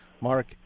Mark